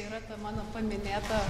ir apie mano paminėtą